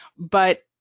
but,